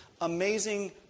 amazing